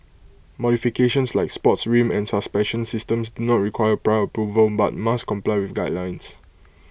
modifications like sports rim and suspension systems do not require prior approval but must comply with guidelines